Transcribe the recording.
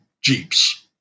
Jeeps